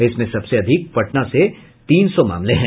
इसमें सबसे अधिक पटना से तीन सौ मामले हैं